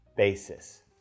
basis